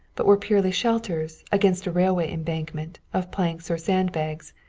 but were purely shelters, against a railway embankment, of planks or sandbags,